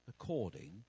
According